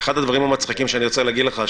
אחד הדברים המצחיקים שאני רוצה להגיד לך,